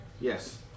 Yes